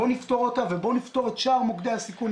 בוא נפתור את זה ואת שאר מוקדי הסיכון.